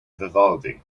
vivaldi